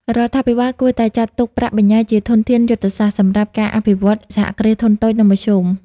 រដ្ឋាភិបាលគួរតែចាត់ទុកប្រាក់បញ្ញើជា "ធនធានយុទ្ធសាស្ត្រ" សម្រាប់ការអភិវឌ្ឍ សហគ្រាសធុនតូច និងមធ្យម។